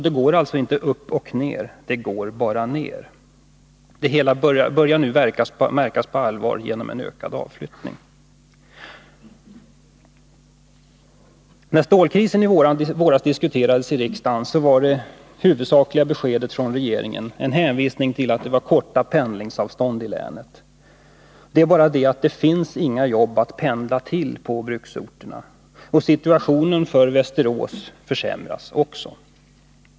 Det går alltså inte upp och ner — det går bara ner. Det hela börjar nu märkas på allvar genom en ökad avflyttning. När stålkrisen i våras diskuterades i riksdagen, så var det huvudsakliga beskedet från regeringen en hänvisning till att det var korta pendlingsavstånd i länet. Det är bara det att det inte finns några jobb att pendla till på bruksorterna, och situationen för Västerås försämras också.